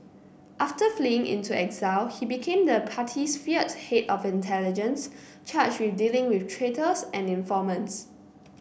after fleeing into exile he became the party's feared head of intelligence charged with dealing with traitors and informants